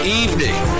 evening